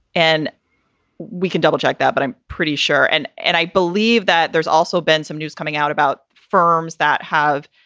and we can double check that. but i'm pretty sure and and i believe that there's also been some news coming out about firms that have,